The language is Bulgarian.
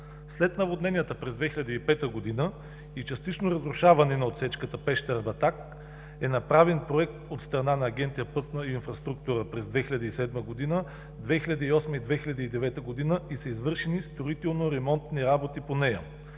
След наводненията през 2005 г. и частично разрушаване на отсечката Пещера – Батак е направен проект от страна на Агенция „Пътна инфраструктура“ през 2007 г., 2008 г. и 2009 г. и са извършени строително-ремонтни работи по нея,